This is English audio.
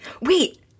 Wait